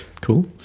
cool